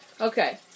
Okay